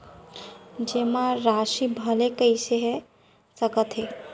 जेमा राशि भला कइसे हेर सकते आय?